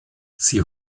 sie